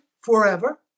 forever